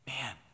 Man